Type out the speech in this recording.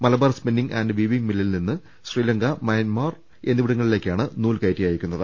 Malabar spinning and weaving മില്ലിൽ നി ന്നും ശ്രീലങ്ക മ്യാൻമാർ എന്നിവിടങ്ങളിലേക്കാണ് നൂൽ കയറ്റി അയക്കുന്നത്